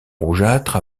rougeâtre